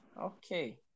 Okay